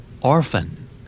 Orphan